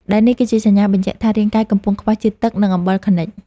ដែលនេះគឺជាសញ្ញាបញ្ជាក់ថា រាងកាយកំពុងខ្វះជាតិទឹក និងអំបិលខនិជ។